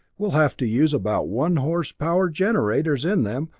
we'll have to use about one horsepower generators in them,